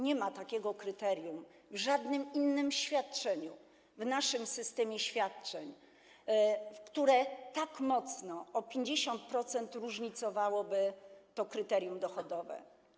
Nie ma takiego kryterium w żadnym innym świadczeniu w naszym systemie świadczeń, które tak mocno, o 50% różnicowałoby to kryterium dochodowe.